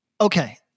Okay